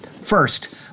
First